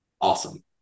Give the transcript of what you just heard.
awesome